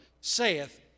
saith